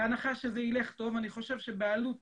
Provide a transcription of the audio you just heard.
בהנחה שזה יילך טוב אני חושב שבעלות